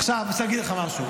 עכשיו אני רוצה להגיד לך משהו.